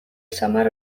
samar